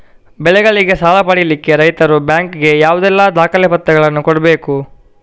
ಬೆಳೆಗಳಿಗೆ ಸಾಲ ಪಡಿಲಿಕ್ಕೆ ರೈತರು ಬ್ಯಾಂಕ್ ಗೆ ಯಾವುದೆಲ್ಲ ದಾಖಲೆಪತ್ರಗಳನ್ನು ಕೊಡ್ಬೇಕು?